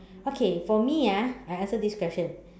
okay for me ah I answer this question